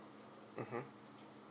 mmhmm